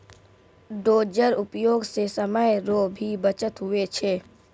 dozer उपयोग से समय रो भी बचत हुवै छै